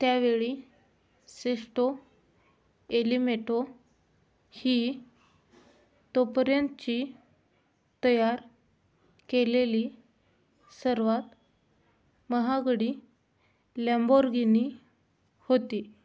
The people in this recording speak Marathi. त्यावेळी सेस्टो एलिमेटो ही तोपर्यंतची तयार केलेली सर्वात महागडी लँबोरगिनी होती